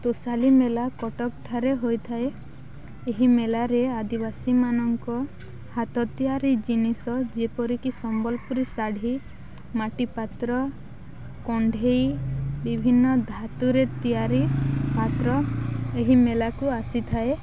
ତୋଷାଲି ମେଳା କଟକ ଠାରେ ହୋଇଥାଏ ଏହି ମେଳାରେ ଆଦିବାସୀ ମାନଙ୍କ ହାତ ତିଆରି ଜିନିଷ ଯେପରିକି ସମ୍ବଲପୁରୀ ଶାଢ଼ୀ ମାଟି ପାତ୍ର କଣ୍ଢେଇ ବିଭିନ୍ନ ଧାତୁରେ ତିଆରି ପାତ୍ର ଏହି ମେଳାକୁ ଆସିଥାଏ